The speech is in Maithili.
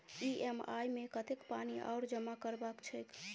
ई.एम.आई मे कतेक पानि आओर जमा करबाक छैक?